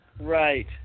Right